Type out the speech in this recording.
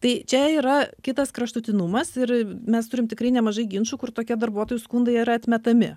tai čia yra kitas kraštutinumas ir mes turim tikrai nemažai ginčų kur tokie darbuotojų skundai yra atmetami